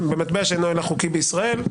מטבע שאינו הילך חוקי בישראל,